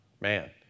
man